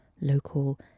local